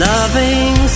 Loving